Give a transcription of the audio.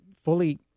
fully